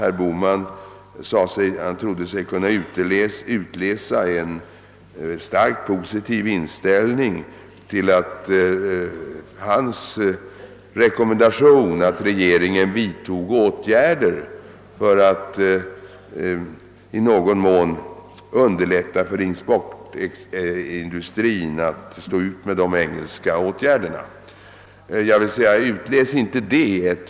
Herr Bohman trodde sig kunna utläsa en stark positiv inställning till sin rekommendation att regeringen skulle vidtaga åtgärder för att i någon mån underlätta för exportindustrin att klara de engelska åtgärderna. Jag vill säga: Utläs inte det!